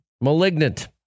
malignant